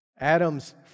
Adam's